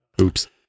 Oops